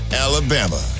Alabama